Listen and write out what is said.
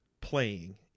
playing